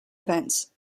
events